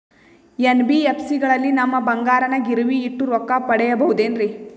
NBFC ಗಳಲ್ಲಿ ನಮ್ಮ ಬಂಗಾರನ ಗಿರಿವಿ ಇಟ್ಟು ರೊಕ್ಕ ಪಡೆಯಬಹುದೇನ್ರಿ?